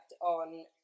on